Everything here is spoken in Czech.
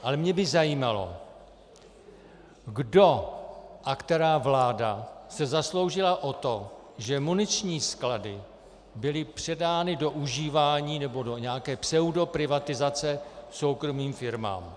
Ale mně by zajímalo, kdo a která vláda se zasloužila o to, že muniční sklady byly předány do užívání nebo do nějaké pseudoprivatizace soukromým firmám.